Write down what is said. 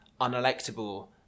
unelectable